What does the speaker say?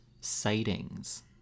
sightings